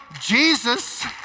Jesus